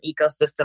ecosystem